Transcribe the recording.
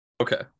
Okay